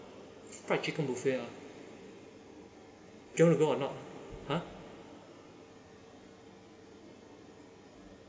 fried chicken buffet ah you want to go or not !huh!